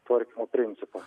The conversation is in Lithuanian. tvarkymo principą